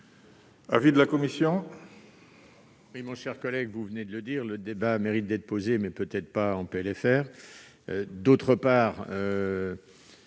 l'avis de la commission ?